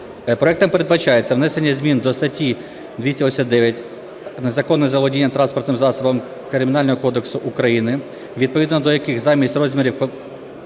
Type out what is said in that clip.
Проектом передбачається внесення змін до статті 289 "Незаконне заволодінням транспортним засобом" Кримінального кодексу України, відповідно до яких замість розмірів